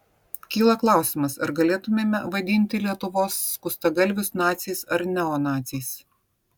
kyla klausimas ar galėtumėme vadinti lietuvos skustagalvius naciais ar neonaciais